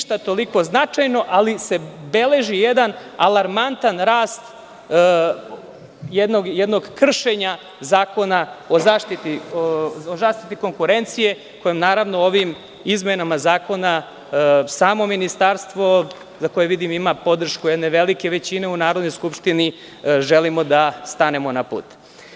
Ništa toliko značajno, ali se beleži jedan alarmantan rast jednog kršenja zakona o zaštiti konkurencije kojom, naravno, ovim izmenama zakona samo ministarstvo koje, vidim, ima podršku jedne velike većine u Narodnoj skupštini, želimo da stanemo na put.